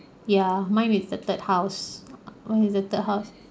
ya mine with the third house ah mine is the third house